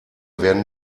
werden